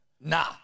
Nah